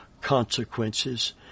consequences